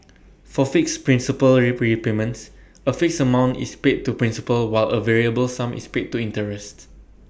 for fixed principal repayments A fixed amount is paid to principal while A variable sum is paid to interest